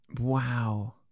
Wow